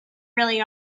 really